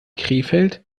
krefeld